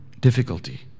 difficulty